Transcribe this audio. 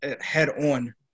head-on